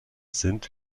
sind